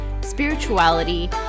spirituality